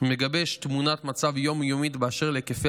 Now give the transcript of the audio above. ומגבש תמונת מצב יום-יומית באשר להיקפי